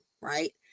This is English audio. right